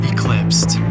Eclipsed